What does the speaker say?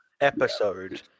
episode